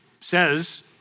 says